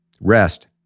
Rest